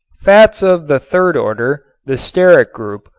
fats of the third order, the stearic group,